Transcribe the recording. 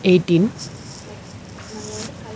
eighteen